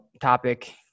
topic